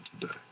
today